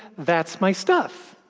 that's my stuff.